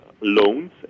loans